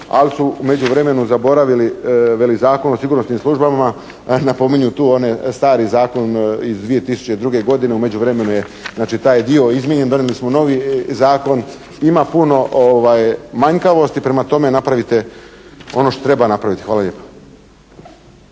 ali su u međuvremenu zaboravili veli Zakon o sigurnosnim službama, napominju tu onaj stari zakon iz 2002. godine, u međuvremenu je taj dio izmijenjen, donijeli smo novi zakon, ima puno manjkavosti. Prema tome, napravite ono što treba napraviti. Hvala lijepo.